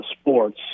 sports